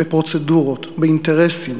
בפרוצדורות, באינטרסים,